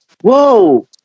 whoa